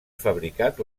fabricat